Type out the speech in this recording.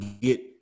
get